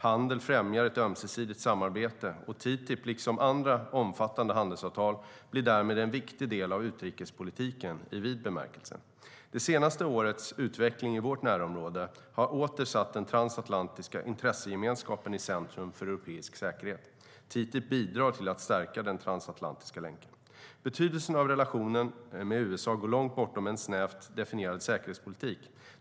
Handel främjar ett ömsesidigt samarbete och TTIP, liksom andra omfattande handelsavtal, blir därmed en viktig del av utrikespolitiken i vid bemärkelse. Det senaste årets utveckling i vårt närområde har åter satt den transatlantiska intressegemenskapen i centrum för europeisk säkerhet. TTIP bidrar till att stärka den transatlantiska länken. Betydelsen av relationen med USA går långt bortom en snävt definierad säkerhetspolitik.